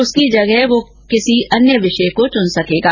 उसकी जगह वह किसी अन्य विषय को चुन सकेगा